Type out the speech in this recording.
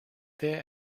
there